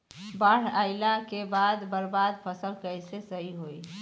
बाढ़ आइला के बाद बर्बाद फसल कैसे सही होयी?